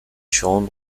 shown